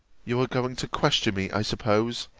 you are going to question me, i suppose,